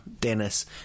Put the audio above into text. Dennis